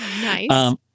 Nice